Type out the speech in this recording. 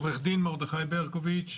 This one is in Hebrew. עו"ד מרדכי ברקוביץ,